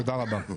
תודה רבה.